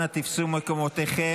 אנא תפסו מקומותיכם.